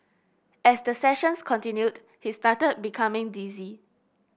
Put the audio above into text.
as the sessions continued he started becoming dizzy